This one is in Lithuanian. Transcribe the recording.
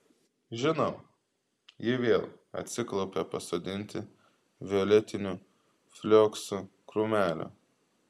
žinau ji vėl atsiklaupė pasodinti violetinių flioksų krūmelio